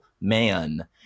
man